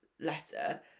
letter